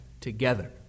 together